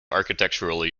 architecturally